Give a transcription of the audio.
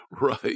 Right